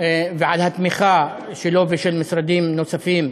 ועל התמיכה שלו, ושל משרדים נוספים,